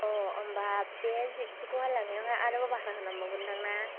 होनबा बे जिबसिखौहाय लांनायावहाय आरोबाव भारा होनांबावगोनदां ना